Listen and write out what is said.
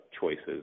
choices